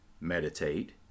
meditate